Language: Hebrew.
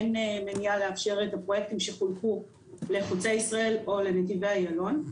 אין מניעה לאשר את הפרויקטים שחולקו לחוצה ישראל או לנתיבי איילון.